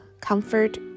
comfort